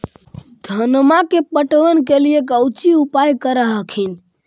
धनमा के पटबन के लिये कौची उपाय कर हखिन?